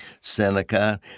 Seneca